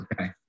okay